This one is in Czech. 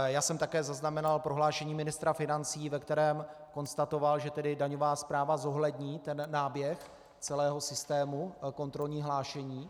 Já jsem také zaznamenal prohlášení ministra financí, ve kterém konstatoval, že daňová správa zohlední náběh celého systému kontrolní hlášení.